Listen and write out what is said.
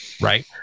Right